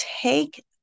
take